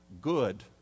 good